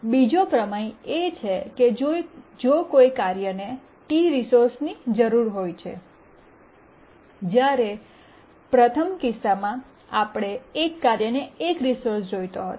બીજો પ્રમેય એ છે કે જો કોઈ કાર્યને k રિસોર્સની જરૂર હોય છે જ્યારે પ્રથમ કિસ્સામાં આપણે એક કાર્યને એક રિસોર્સ જોઈતો હતો